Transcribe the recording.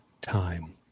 time